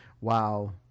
wow